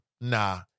Nah